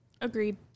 Agreed